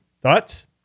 Thoughts